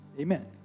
amen